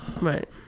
Right